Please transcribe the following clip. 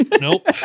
Nope